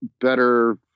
better